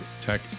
tech